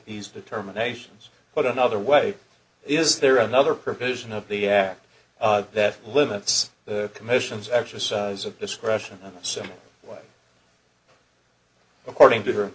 these determinations but another way is there another provision of the act that limits the commission's exercise of discretion so why according to her